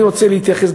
אני רוצה להתייחס,